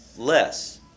Less